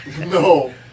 No